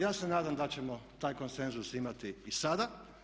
Ja se nadam da ćemo taj konsenzus imati i sada.